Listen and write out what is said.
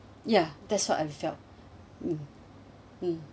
ya that's what I felt mm mm